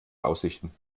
aussichten